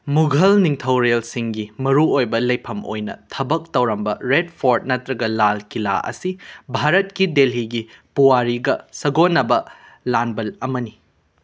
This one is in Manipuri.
ꯃꯨꯘꯜ ꯅꯤꯡꯊꯧꯔꯦꯜꯁꯤꯡꯒꯤ ꯃꯔꯨ ꯑꯣꯏꯕ ꯂꯩꯐꯝ ꯑꯣꯏꯅ ꯊꯕꯛ ꯇꯧꯔꯝꯕ ꯔꯦꯗ ꯐꯣꯔꯠ ꯅꯇ꯭ꯔꯒ ꯂꯥꯜ ꯀꯤꯂꯥ ꯑꯁꯤ ꯚꯥꯔꯠꯀꯤ ꯗꯦꯜꯍꯤꯒꯤ ꯄꯨꯋꯥꯔꯤꯒ ꯁꯒꯣꯟꯅꯕ ꯂꯥꯟꯕꯟ ꯑꯃꯅꯤ